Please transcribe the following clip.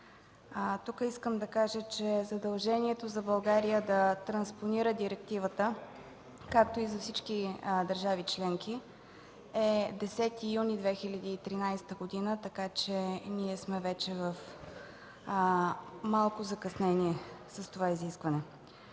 Тук искам да кажа, че задължението за България да транспонира директивата, както и за всички държави членки, е 10 юни 2013 г., така че ние сме вече в малко закъснение с това изискване.